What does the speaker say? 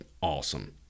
awesome